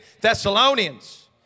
Thessalonians